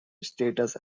status